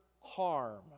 harm